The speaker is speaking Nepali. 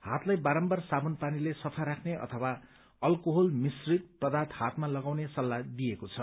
हातलाई बारम्बार साबुन पानीले सफा राख्ने अथवा अल्कोहल मिश्रित पदार्थ हातमा लगाउने सल्लाह दिइएको छ